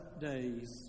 days